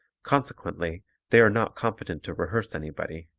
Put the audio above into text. consequently they are not competent to rehearse anybody.